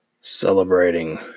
celebrating